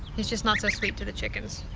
he's just not so sweet to the chickens.